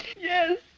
Yes